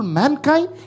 mankind